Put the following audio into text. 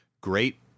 great